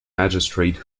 magistrate